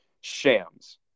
Shams